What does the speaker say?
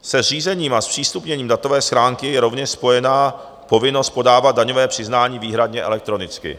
Se zřízením a zpřístupněním datové schránky je rovněž spojena povinnost podávat daňové přiznání výhradně elektronicky.